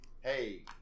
hey